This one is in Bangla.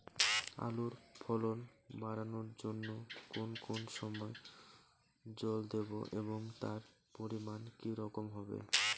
আলুর ফলন বাড়ানোর জন্য কোন কোন সময় জল দেব এবং তার পরিমান কি রকম হবে?